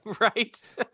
right